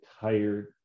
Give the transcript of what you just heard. tired